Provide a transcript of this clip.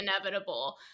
inevitable